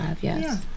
Yes